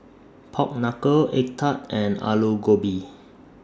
Pork Knuckle Egg Tart and Aloo Gobi